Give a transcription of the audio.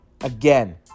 Again